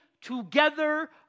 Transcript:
together